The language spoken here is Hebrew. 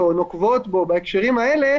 נוקבות בהקשרים האלה,